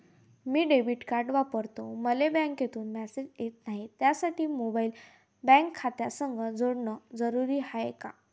मी debit card वापरतो मले बँकेतून मॅसेज येत नाही, त्यासाठी मोबाईल बँक खात्यासंग जोडनं जरुरी हाय का?